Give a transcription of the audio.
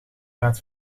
laat